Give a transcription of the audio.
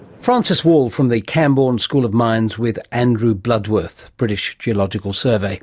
frances wall from the camborne school of mines, with andrew bloodworth, british geological survey